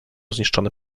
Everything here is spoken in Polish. zniszczony